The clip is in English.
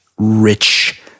Rich